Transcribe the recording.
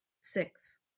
Six